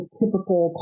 typical